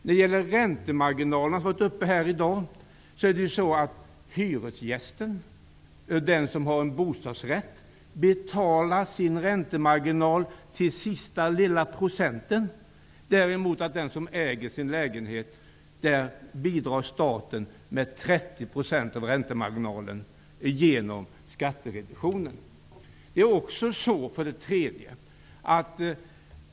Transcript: Frågan om räntemarginalerna har varit uppe till diskussion i dag. Hyresgästen eller den som bor i en bostadsrätt betalar sin räntemarginal till sista lilla procenten. Däremot bidrar staten tack vare skattereduktionen med 30 % av räntemarginalen för den som äger sin lägenhet.